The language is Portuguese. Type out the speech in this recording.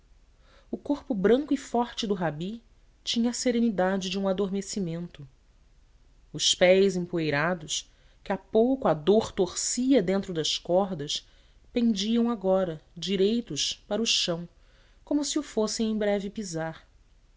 corpo branco e forte do rabi tinha a serenidade de um adormecimento os pés empoeirados que há pouco a dor torcia dentro das cordas pendiam agora direitos para o chão como se o fossem em breve pisar